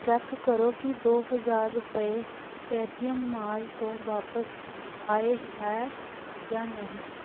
check ਕਰੋ ਕਿ ਦੋ ਹਜ਼ਾਰ ਰੁਪਏ ਪੇਟੀਐਮ ਮਾਲ ਤੋਂ ਵਾਪਸ ਆਏ ਹੈ ਜਾਂ ਨਹੀਂ